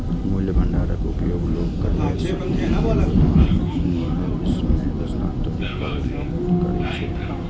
मूल्य भंडारक उपयोग लोग क्रयशक्ति कें वर्तमान सं भविष्य मे स्थानांतरित करै लेल करै छै